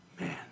man